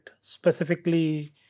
specifically